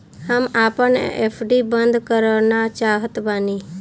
हम आपन एफ.डी बंद करना चाहत बानी